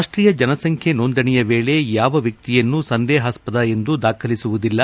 ರಾಷ್ಟೀಯ ಜನಸಂಖ್ಯೆ ನೋಂದಣಿಯ ವೇಳೆ ಯಾವ ವ್ಯಕ್ತಿಯನ್ನೂ ಸಂದೇಹಾಸ್ವದ ಎಂದು ದಾಖಲಿಸುವುದಿಲ್ಲ